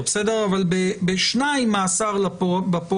ברגע שהם בטריטוריה של 368,